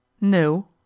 No